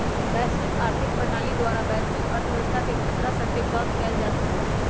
वैश्विक आर्थिक प्रणाली द्वारा वैश्विक अर्थव्यवस्था के खतरा सभके कम कएल जा सकइ छइ